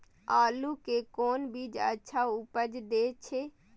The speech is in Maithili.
आलू के कोन बीज अच्छा उपज दे छे?